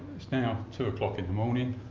it's now two o'clock in the morning.